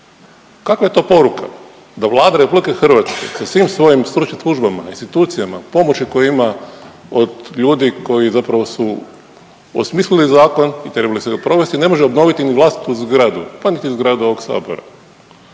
Kakva je to poruka da Vlada RH sa svim svojim stručnim službama, institucijama, pomoći koju ima od ljudi koji zapravo su osmislili zakon i trebali su ga provesti ne može obnoviti ni vlastitu zgradu, pa niti zgradu ovog Sabora.